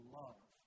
love